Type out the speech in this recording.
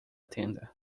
tenda